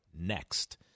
next